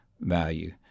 value